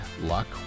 luck